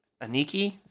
Aniki